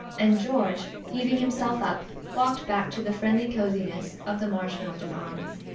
and george, heaving himself up, walked back to the friendly cosiness of the marshmoreton arms.